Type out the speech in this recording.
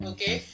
Okay